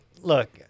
look